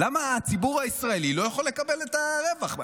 למה הציבור הישראלי לא יכול לקבל את הרווח?